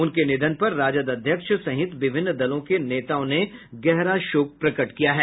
उनके निधन पर राजद अध्यक्ष सहित विभिन्न दलों के नेताओं ने गहरा शोक प्रकट किया है